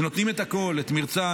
שנותנים את הכול: את מרצם,